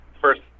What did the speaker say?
first